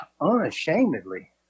unashamedly